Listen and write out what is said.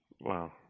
Wow